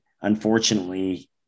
unfortunately